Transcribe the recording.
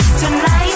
tonight